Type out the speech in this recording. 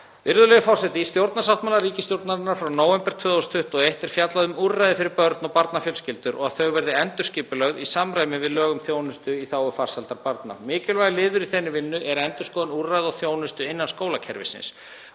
Virðulegi forseti. Í stjórnarsáttmála ríkisstjórnarinnar frá nóvember 2021 er fjallað um úrræði fyrir börn og barnafjölskyldur og að þau verði endurskipulögð í samræmi við lög um þjónustu í þágu farsældar barna. Mikilvægur liður í þeirri vinnu er endurskoðun úrræða og þjónustu innan skólakerfisins